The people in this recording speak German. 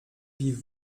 wie